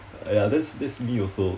ya that's that's me also